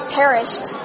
perished